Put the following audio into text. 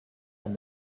and